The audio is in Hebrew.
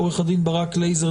עו"ד ברק לייזר,